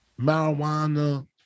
marijuana